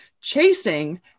Chasing